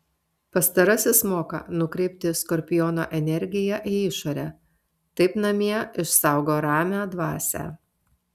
pastarasis moka nukreipti skorpiono energiją į išorę taip namie išsaugo ramią dvasią